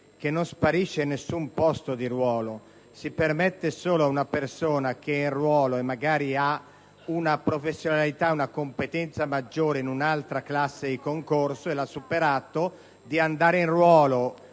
che non sparisce alcun posto di ruolo, ma si permette ad una persona, che è in ruolo e magari ha una professionalità ed una competenza maggiori in un'altra classe di concorso (che ha superato), di andare in ruolo